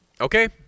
Okay